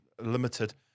limited